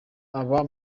aba